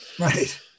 Right